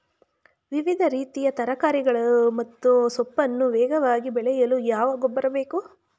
ವಿವಿಧ ರೀತಿಯ ತರಕಾರಿಗಳು ಮತ್ತು ಸೊಪ್ಪನ್ನು ವೇಗವಾಗಿ ಬೆಳೆಯಲು ಯಾವ ಗೊಬ್ಬರ ಬೇಕು?